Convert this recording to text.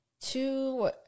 two